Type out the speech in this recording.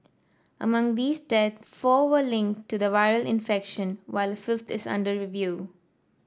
among these deaths four were linked to the viral infection while a fifth is under review